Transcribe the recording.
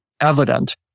evident